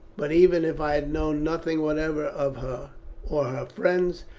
but even if i had known nothing whatever of her or her friends,